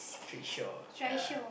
trickshaw yeah